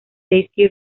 daisy